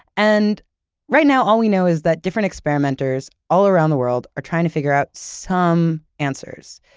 and right now, all we know is that different experimenters all around the world are trying to figure out some answers.